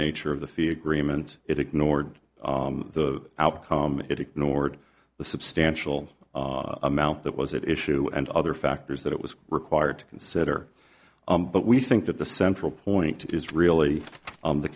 nature of the fee agreement it ignored the outcome it ignored the substantial amount that was it issue and other factors that it was required to consider but we think that the central point is really